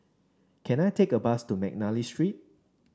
can I take a bus to McNally Street